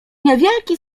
niewielki